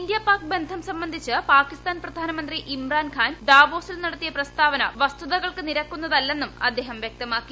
India Pak ബന്ധം സംബന്ധിച്ച് പാകിസ്ഥാൻ പ്രധാനമന്ത്രി ഇമ്രാൻഖാൻ ദാവോസിൽ നടത്തിയ പ്രസ്താവന വസ്തുതകൾക്ക് നിരക്കുന്നതല്ലെന്നും അദ്ദേഹം വൃക്തമാക്കി